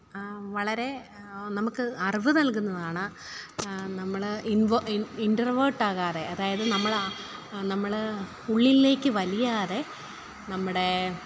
വളരെ നമുക്ക് അറിവ് നൽകുന്നതാണ് നമ്മൾ ഇൻവ ഇൻട്രോവെർട്ട് ആകാതെ അതായത് നമ്മൾ ആ നമ്മൾ ഉള്ളിലേക്ക് വലിയാതെ നമ്മുടെ